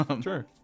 sure